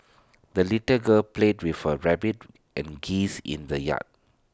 the little girl played with her rabbit and geese in the yard